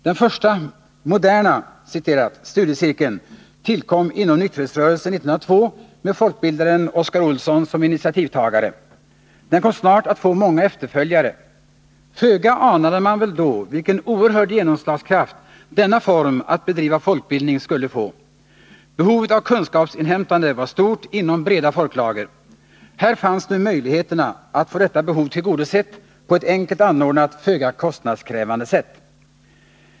Den första ”moderna” studiecirkeln tillkom inom nykterhetsrörelsen år 1902 med folkbildaren Oscar Olsson som initiativtagare. Den kom snart att få många efterföljare. Föga anade man väl då vilken oerhörd genomslagskraft denna form att bedriva folkbildning skulle få. Behovet av kunskapsinhämtande var stort inom breda folklager. Här fanns möjligheterna att få detta behov tillgodosett på ett enkelt anordnat, föga kostnadskrävande sätt.